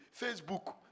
Facebook